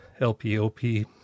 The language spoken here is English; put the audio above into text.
LPOP